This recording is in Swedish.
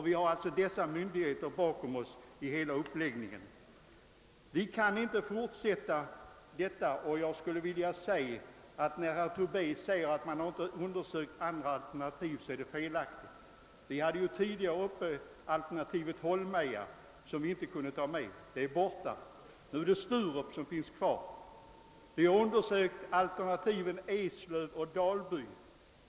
Vi har alltså dessa myndigheter bakom oss i uppläggningen. Vi kan inte fortsätta att ha det som det nu är. Herr Tobés påstående att man inte har undersökt andra alternativ är felaktigt. Vi har tidigare haft uppe alternativet Holmeja. Det visade sig omöjligt och är nu borta ur bilden. Vi har undersökt alternativen Eslöv och Dalby.